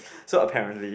so apparently